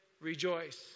rejoice